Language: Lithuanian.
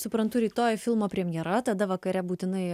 suprantu rytoj filmo premjera tada vakare būtinai